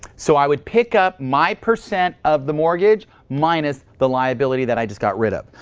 so i would pick up my percent of the mortgage minus the liability that i just got rid of.